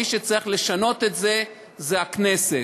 מי שצריכה לשנות את זה זו הכנסת,